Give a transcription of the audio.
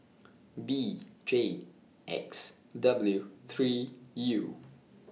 B J X W three U